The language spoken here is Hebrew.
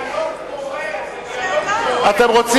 זה דיאלוג פורה, זה דיאלוג